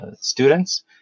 students